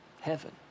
heaven